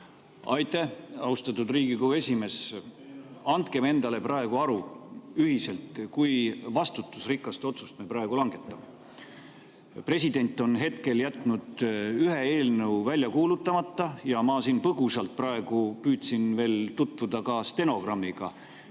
Aitäh, austatud Riigikogu esimees! Andkem endale ühiselt aru, kui vastutusrikast otsust me praegu langetame. President on hetkel jätnud ühe eelnõu välja kuulutamata. Ma põgusalt püüdsin praegu tutvuda ka stenogrammiga,